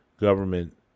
government